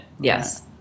Yes